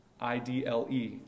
I-D-L-E